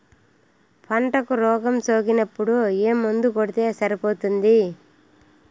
పంటకు రోగం సోకినపుడు ఏ మందు కొడితే సరిపోతుంది?